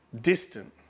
distant